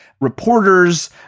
reporters